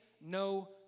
no